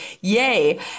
yay